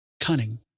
Cunning